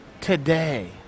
today